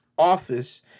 office